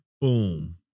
boom